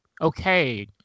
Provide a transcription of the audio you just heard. Okay